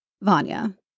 Vanya